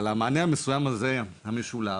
אבל המענה המסוים הזה, המשולב,